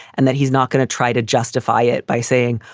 and that he's not going to try to justify it by saying,